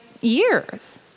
years